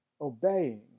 obeying